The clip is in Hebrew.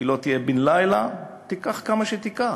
היא לא תהיה בן-לילה, היא תיקח כמה שתיקח,